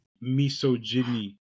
Misogyny